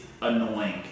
Annoying